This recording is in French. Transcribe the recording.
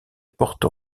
porto